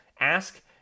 ask